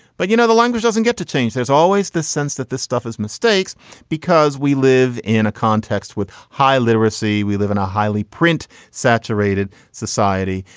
but you know, the language doesn't get to change. there's always the sense that this stuff is mistakes because we live in a context with high literacy. we live in a highly print saturated society.